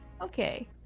Okay